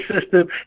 system